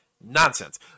Nonsense